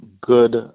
good